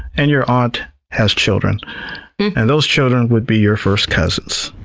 and your aunt has children. and those children would be your first cousins.